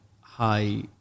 high